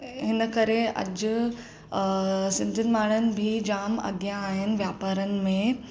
हिन करे अॼु सिंधियुनि माण्हुनि बि जाम अॻियां आहिनि वापारनि में